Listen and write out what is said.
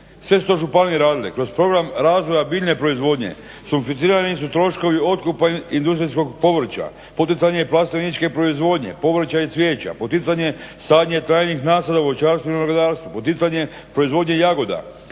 Sve su to županije radile kroz program razvoja biljne proizvodnje sufinancirani su troškovi otkupa industrijskog povrća, poticanje plasteničke proizvodnje, povrća i cvijeća, poticanje sadnje trajnih nasada u voćarstvu i vinogradarstvu, poticanje proizvodnje jagoda,